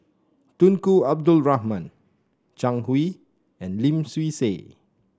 Tunku Abdul Rahman Zhang Hui and Lim Swee Say